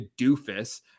doofus